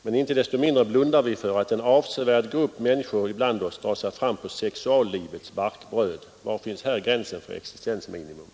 Men inte desto mindre blundar vi för att en avsevärd grupp människor ibland oss drar sig fram på sexuallivets barkbräd. Var finns här gränsen för existensminimum?”